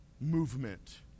movement